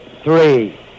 three